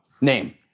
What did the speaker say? Name